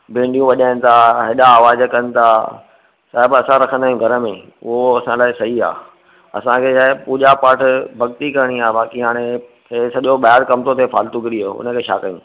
बैंडियूं वजाइनि था हेॾा आवाजु कनि था त बि असां रखन्दा आहियूं घर में उहो असां लाइ सही आहे असांखे छा आहे पूजा पाठ भक्ती करिणी आहे बाक़ी हाणे सॼो ॿाहिरि कम थो थिए फ़ालतू गिरीअ जो उनखे छा कयूं